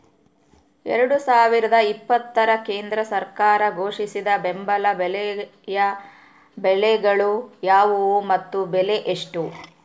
ಎರಡು ಸಾವಿರದ ಇಪ್ಪತ್ತರ ಕೇಂದ್ರ ಸರ್ಕಾರ ಘೋಷಿಸಿದ ಬೆಂಬಲ ಬೆಲೆಯ ಬೆಳೆಗಳು ಯಾವುವು ಮತ್ತು ಬೆಲೆ ಎಷ್ಟು?